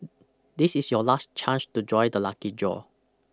this is your last chance to join the lucky draw